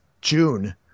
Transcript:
June